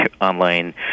online